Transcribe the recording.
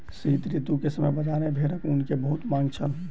शीत ऋतू के समय बजार में भेड़क ऊन के बहुत मांग छल